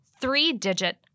three-digit